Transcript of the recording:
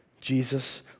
Jesus